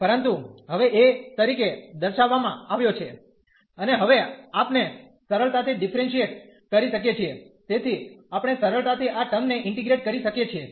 પરંતુ હવે એ તરીકે દર્શાવામાં આવ્યો છે અને હવે આપને સરળતાથી ડીફરેન્શીયેટ કરી શકીયે છીએ તેથી આપણે સરળતાથી આ ટર્મ ને ઇન્ટીગ્રેટ કરી શકીયે છીએ